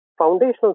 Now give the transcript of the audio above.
Foundational